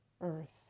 earth